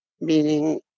meaning